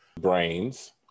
brains